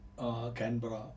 Canberra